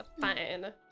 fine